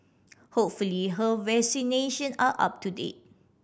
hopefully her vaccination are up to date